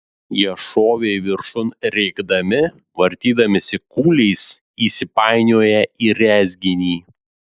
jie šovė viršun rėkdami vartydamiesi kūliais įsipainioję į rezginį